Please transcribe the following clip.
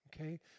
Okay